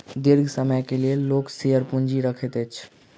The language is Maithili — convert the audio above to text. दीर्घ समय के लेल लोक शेयर पूंजी रखैत अछि